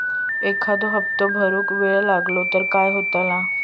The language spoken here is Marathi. एखादो हप्तो भरुक वेळ लागलो तर काय होतला?